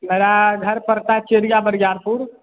मेरा घर पड़ता है चेरिया बरियारपुर